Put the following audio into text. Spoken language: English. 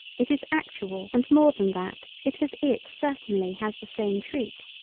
it is actual and more than that it has it certainly has the same treat,